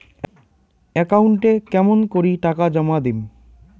একাউন্টে কেমন করি টাকা জমা দিম?